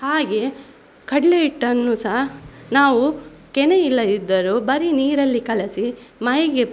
ಹಾಗೆ ಕಡಲೆ ಹಿಟ್ಟನ್ನು ಸಹ ನಾವು ಕೆನೆಯಿಲ್ಲದಿದ್ದರು ಬರಿ ನೀರಲ್ಲಿ ಕಲಸಿ ಮೈಗೆ